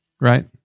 Right